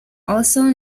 also